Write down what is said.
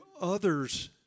others